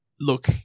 look